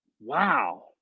Wow